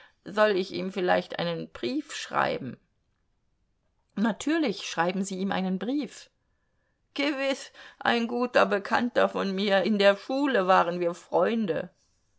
soll ich ihm vielleicht einen brief schreiben natürlich schreiben sie ihm einen brief gewiß ein guter bekannter von mir in der schule waren wir freunde